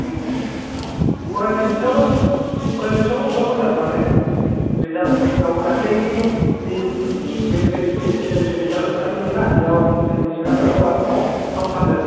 ओम फरायनाय बिथिङावबो फरायनाय बिथिङावबो बहुद मोजां माने रिसाल्टआवबो दाख्लैनि जि matric S S L C result ओंखारदोंमोन ना बेयाव जोंनि चिरांआनो अल आसामाव टप थांदों